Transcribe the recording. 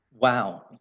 Wow